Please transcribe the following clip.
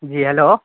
جی hello